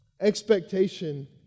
expectation